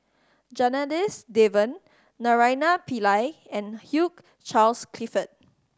Janadas Devan Naraina Pillai and Hugh Charles Clifford